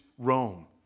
Rome